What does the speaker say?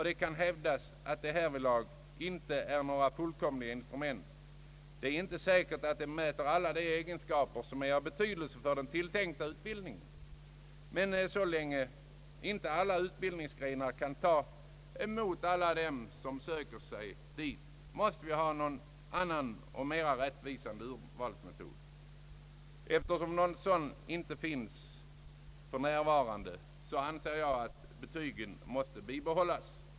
Det kan hävdas att de därvidlag inte är några fullkomliga instrument. Det är inte säkert att de mäter alla egenskaper som är av betydelse för den tilltänkta utbildningen. Men så länge inte alla utbildningsgrenar kan ta emot alla dem som söker sig dit, måste vi ha någon annan och mer rättvisande urvalsmetod. Eftersom någon sådan inte finns för närvarande måste betygen bibehållas.